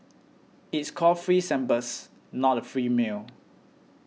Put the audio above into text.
it's called free samples not a free meal